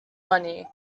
money